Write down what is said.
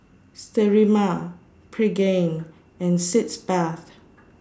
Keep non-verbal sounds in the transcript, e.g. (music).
Sterimar Pregain and Sitz Bath (noise)